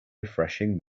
refreshing